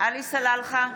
עלי סלאלחה,